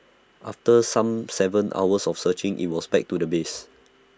after some Seven hours of searching IT was back to the base